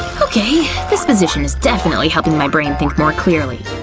okay, this position is definitely helping my brain think more clearly.